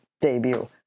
debut